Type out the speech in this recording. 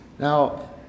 Now